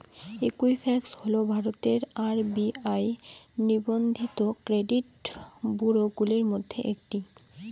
Equifax হল ভারতের RBI নিবন্ধিত ক্রেডিট ব্যুরোগুলির মধ্যে একটি